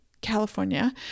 California